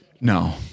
No